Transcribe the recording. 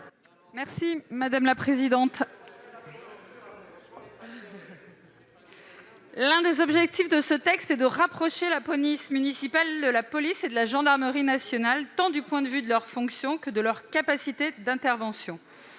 Mme Nathalie Delattre. L'un des objectifs de ce texte est de rapprocher la police municipale de la police et de la gendarmerie nationale, tant du point de vue de leurs fonctions que de leur capacité d'intervention.